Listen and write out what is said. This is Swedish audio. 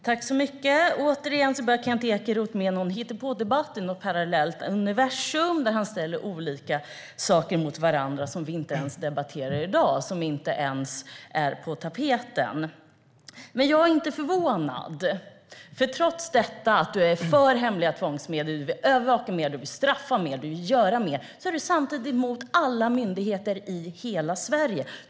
Fru talman! Återigen börjar Kent Ekeroth med någon hittepådebatt i något parallellt universum, där han ställer olika saker mot varandra som vi inte ens debatterar i dag, som inte ens är på tapeten. Men jag är inte förvånad. Du är för hemliga tvångsmedel. Du vill övervaka mer. Du vill straffa mer. Du vill göra mer. Samtidigt är du emot alla myndigheter i hela Sverige.